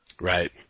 right